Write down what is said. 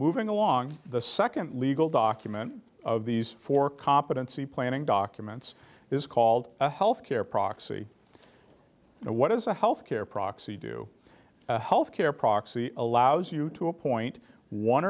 moving along the second legal document of these for competency planning documents is called a health care proxy what is a health care proxy do health care proxy allows you to appoint one